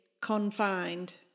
confined